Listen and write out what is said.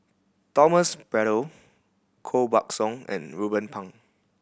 Thomas Braddell Koh Buck Song and Ruben Pang